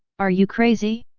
are you crazy?